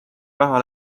raha